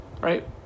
right